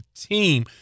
team –